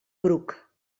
bruc